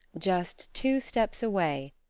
just two steps away,